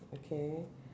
okay